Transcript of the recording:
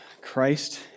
Christ